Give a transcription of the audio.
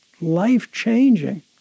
life-changing